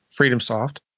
FreedomSoft